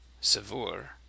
savour